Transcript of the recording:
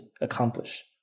accomplish